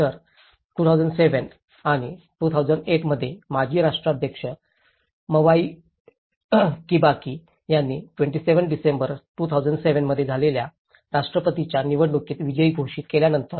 तर 2007 आणि 2008 मध्ये माजी राष्ट्राध्यक्ष मवाई किबाकी यांना 27 डिसेंबर 2007 मध्ये झालेल्या राष्ट्रपतीपदाच्या निवडणुकीत विजयी घोषित केल्यानंतर